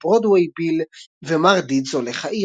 "ברודוויי ביל" ו"מר דידס הולך העירה",